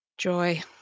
Joy